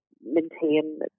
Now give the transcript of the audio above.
maintain